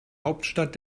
hauptstadt